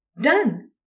Done